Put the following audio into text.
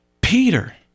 Peter